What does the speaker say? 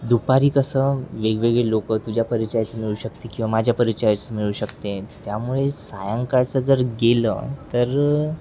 दुपारी कसं वेगवेगळे लोक तुझ्या परिचयाचं मिळू शकते किंवा माझ्या परिचयाची मिळू शकते त्यामुळे सायंकाळचं जर गेलं तर